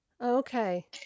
Okay